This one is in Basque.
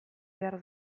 behar